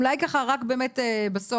אולי ככה רק באמת בסוף,